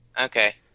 Okay